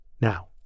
Now